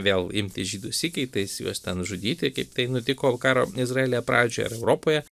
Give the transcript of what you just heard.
vėl imti žydus įkaitais juos ten žudyti kaip tai nutiko karo izraelyje pradžioje ar europoje